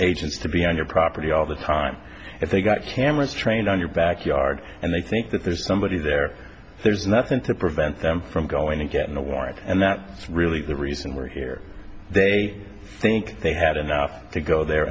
agents to be on your property all the time if they got cameras trained on your backyard and they think that there's somebody there there's nothing to prevent them from going to getting a warrant and that is really the reason we're here they think they had enough to go there